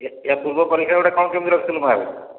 ଏହା ପୂର୍ବ ପରୀକ୍ଷାଗୁଡ଼ାକ କ'ଣ କେମିତି ରଖିଥିଲୁ ମାର୍କ୍